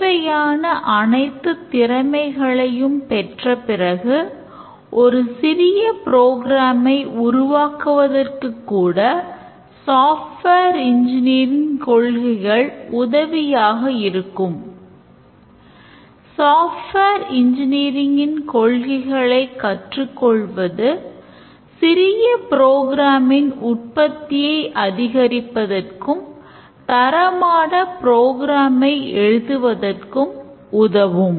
தேவையான அனைத்துத் திறமைகளையும் பெற்றபிறகு ஒரு சிறிய ப்ரோக்ராமை எழுதுவதற்கும் உதவும்